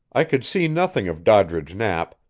i could see nothing of doddridge knapp,